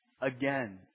again